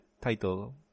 title